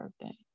birthday